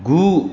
गु